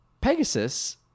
Pegasus